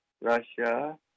Russia